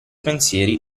pensieri